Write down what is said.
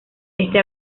este